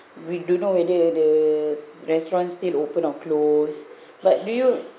we don't know whether the restaurant still open or close but do you